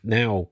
now